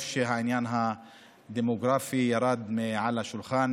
טוב שהעניין הדמוגרפי ירד מהשולחן,